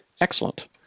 Excellent